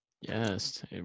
Yes